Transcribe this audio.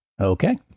okay